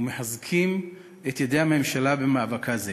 ומחזקים את ידי הממשלה במאבקה זה.